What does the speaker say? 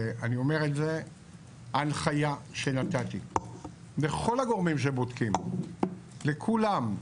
ההנחיה שנתתי לכל הגורמים שבודקים, לכולם,